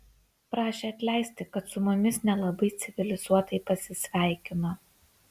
prašė atleisti kad su mumis nelabai civilizuotai pasisveikino